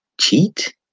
cheat